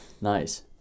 Nice